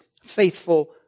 Faithful